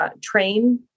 train